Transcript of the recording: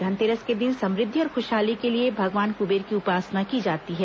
धनतेरस के दिन समृद्धि और खुषहाली के लिए भगवान कुंबेर की उपासना की जाती है